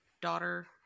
daughter